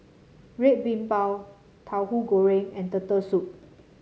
Red Bean Bao Tahu Goreng and Turtle Soup